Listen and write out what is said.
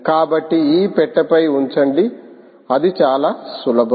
కాబట్టి ఈ పెట్టె పై ఉంచండి అది చాలా సులభం